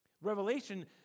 Revelation